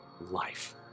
life